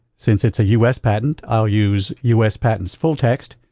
since it's a us patent, i'll use us patents fulltext.